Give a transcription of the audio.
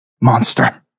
monster